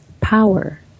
power